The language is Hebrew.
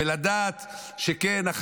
ולדעת שכן,